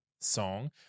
song